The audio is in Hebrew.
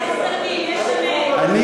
אדוני השר, סדקים בליכוד, לא בממשלה.